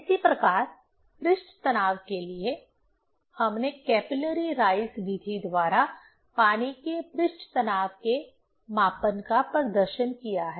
इसी प्रकार पृष्ठ तनाव के लिए हमने कैपिलरी राइज विधि द्वारा पानी के पृष्ठ तनाव के मापन का प्रदर्शन किया है